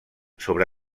sobre